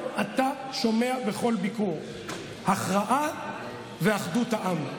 שומע בכל ביקור: הכרעה ואחדות העם.